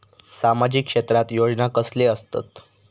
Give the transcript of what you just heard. सामाजिक क्षेत्रात योजना कसले असतत?